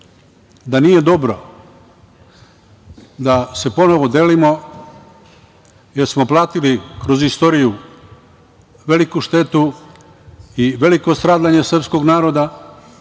da nije dobro da se ponovo delimo, jer smo platili kroz istoriju veliku štetu i veliko stradanje srpskog naroda,